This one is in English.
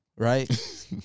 Right